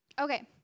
Okay